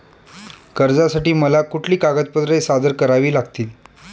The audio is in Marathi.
कर्जासाठी मला कुठली कागदपत्रे सादर करावी लागतील?